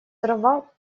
дрова